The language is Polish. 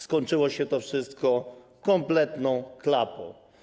Skończyło się to wszystko kompletną klapą.